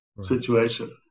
situation